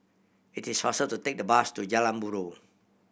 it is faster to take the bus to Jalan Buroh